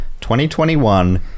2021